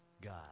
God